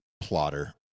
plotter